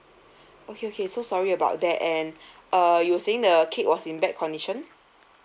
okay okay so sorry about that and uh you're saying the cake was in bad condition